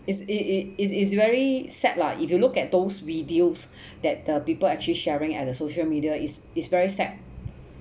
it's it's it's it's it's very sad lah if you look at those videos that the people actually sharing at the social media it's it's very sad